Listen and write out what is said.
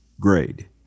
Grade